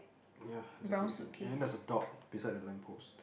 ya exactly the same and then there's a dog beside the lamp post